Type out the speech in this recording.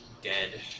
dead